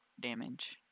damage